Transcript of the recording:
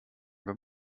wenn